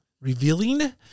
revealing